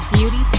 Beauty